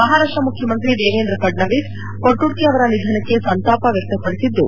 ಮಹಾರಾಷ್ಟ ಮುಖ್ಯಮಂತ್ರಿ ದೇವೇಂದ್ರ ಫಡ್ನವಿಸ್ ಪೊಟ್ನುಕೆ ಅವರ ನಿಧನಕ್ಕೆ ಸಂತಾಪ ವ್ಯಕ್ತಪಡಿಸಿದ್ದು